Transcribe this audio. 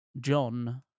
John